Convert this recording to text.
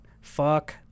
Fuck